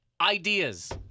Ideas